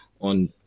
on